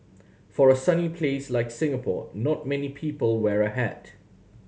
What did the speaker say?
for a sunny place like Singapore not many people wear a hat